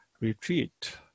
retreat